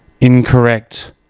incorrect